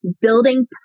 building